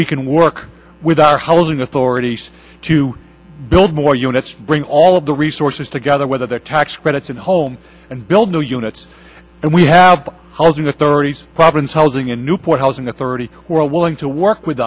we can work with our housing authorities to build more units bring all of the resources together whether they're tax credits and home and build new units and we have housing authorities province housing in newport housing authority willing to work with